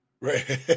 Right